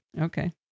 Okay